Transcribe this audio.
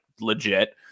legit